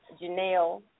Janelle